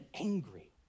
angry